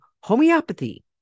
homeopathy